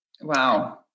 wow